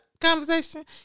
conversation